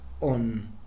on